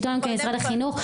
השלטון המקומי למשרד החינוך.